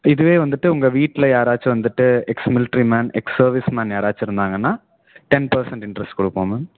இதுவே வந்துவிட்டு உங்கள் வீட்டில் யாராச்சும் வந்துவிட்டு ex military man ex service man யாராச்சும் இருந்தாங்கன்னா டென் பெர்சண்ட் இண்ட்ரெஸ்ட் கொடுப்போம் மேம்